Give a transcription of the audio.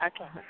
Okay